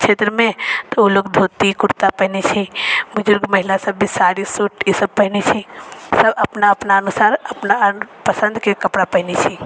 क्षेत्रमे त ओ लोक धोती कुर्ता पहिनै छै बुजुर्ग महिलासब भी साड़ी सूट ईसब पहिनै छै सब अपना अपना अनुसार अपना पसन्दके कपड़ा पहिनै छै